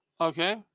Okay